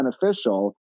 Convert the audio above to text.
beneficial